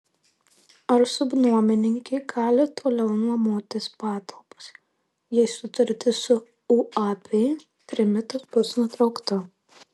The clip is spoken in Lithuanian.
ar subnuomininkė gali toliau nuomotis patalpas jei sutartis su uab trimitas bus nutraukta